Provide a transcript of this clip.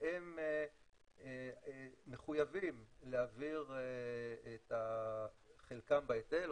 והם מחויבים להעביר את חלקם בהיטל,